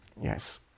Yes